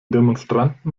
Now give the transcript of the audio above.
demonstranten